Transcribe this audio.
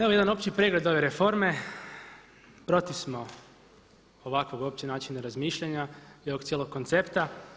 Evo jedan opći pregled ove reforme, protiv smo ovakvog opće načina razmišljanja i ovog cijelog koncepta.